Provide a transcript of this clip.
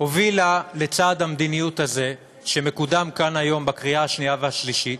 הובילה לצעד המדיניות הזה שמקודם כאן היום בקריאה השנייה והשלישית,